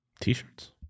T-shirts